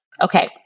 Okay